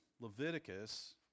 Leviticus